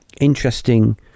interesting